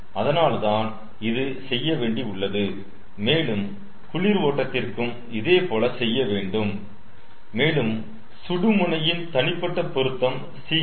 அதனால் தான் இது செய்ய வேண்டி உள்ளது மேலும் குளிர் ஓட்டத்திற்கும் இதேபோல செய்ய வேண்டும் மேலும் சுடு முனையின் தனிப்பட்ட பொருத்தம் CH